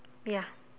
ya